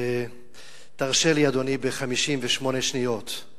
תרשה לי, אדוני, ב-58 שניות,